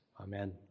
amen